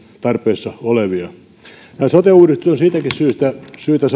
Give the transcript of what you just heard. tarpeessa olevia tämä sote uudistus on siitäkin syystä syytä